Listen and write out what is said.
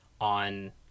on